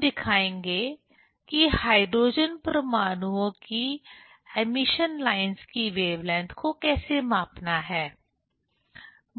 फिर हम दिखाएंगे कि हाइड्रोजन परमाणुओं की ऐमिशन लाइनस् की वेवलेंथ को कैसे मापना है